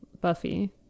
Buffy